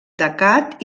tacat